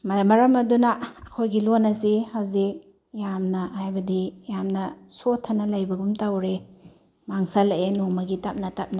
ꯃꯔꯝ ꯑꯗꯨꯅꯥ ꯑꯩꯈꯣꯏꯒꯤ ꯂꯣꯟ ꯑꯁꯤ ꯍꯧꯖꯤꯛ ꯌꯥꯝꯅ ꯍꯥꯏꯕꯗꯤ ꯌꯥꯝꯅ ꯁꯣꯊꯅ ꯂꯩꯕꯒꯨꯝ ꯇꯧꯔꯦ ꯃꯪꯁꯤꯜꯂꯛꯑꯦ ꯅꯣꯡꯃꯒꯤ ꯇꯞꯅ ꯇꯞꯅ